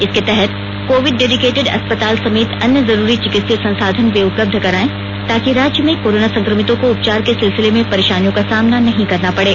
इसके तहत covid dedicated अस्पताल समेत अन्य जरूरी चिकित्सीय संसाधन वे उपलब्ध कराएं ताकि राज्य में कोरोना संक्रमितों को उपचार के सिलसिले में परेशानियों का सामना नहीं करना पड़े